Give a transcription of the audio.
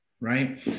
right